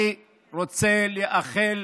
אני רוצה לאחל